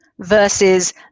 versus